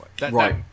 right